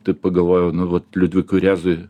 tai pagalvojau nu vat liudvikui rėzoj